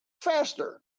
faster